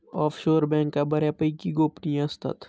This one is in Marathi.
ऑफशोअर बँका बऱ्यापैकी गोपनीय असतात